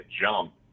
jump